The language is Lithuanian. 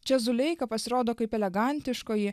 čia zuleika pasirodo kaip elegantiškoji